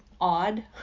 odd